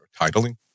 titling